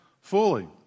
fully